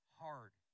hard